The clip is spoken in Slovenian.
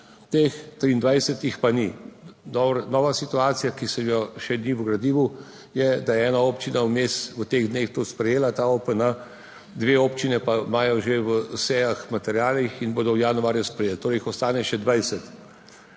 teh 23 jih pa ni. Dobro, nova situacija, ki je še v gradivu, je, da je ena občina vmes v teh dneh to sprejela, ta OPN. Dve občini pa imata že na sejah, v materialih, in bosta v januarju sprejeli, torej jih ostane še 20.